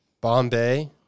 Bombay